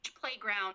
playground